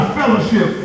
fellowship